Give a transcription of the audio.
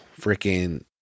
freaking